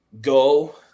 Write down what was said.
go